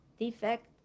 defect